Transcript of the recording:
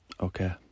Okay